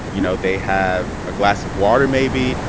you know, they have a glass of water, maybe.